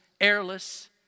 airless